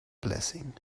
blessing